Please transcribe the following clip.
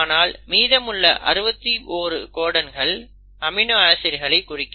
ஆனால் மீதமுள்ள 61 கோடன்கள் அமினோ ஆசிட்களை குறிக்கும்